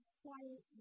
quiet